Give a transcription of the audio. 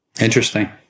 interesting